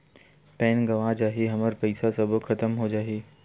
Pan गंवा जाही हमर पईसा सबो खतम हो जाही?